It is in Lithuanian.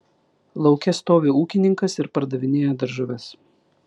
lauke stovi ūkininkas ir pardavinėja daržoves